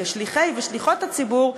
כשליחי ושליחות הציבור,